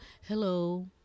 hello